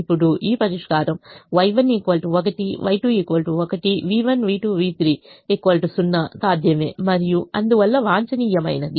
ఇప్పుడు ఈ పరిష్కారం Y1 1 Y2 1 v1 v2Y3 0 సాధ్యమే మరియు అందువల్ల వాంఛనీయమైనది